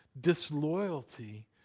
disloyalty